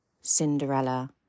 Cinderella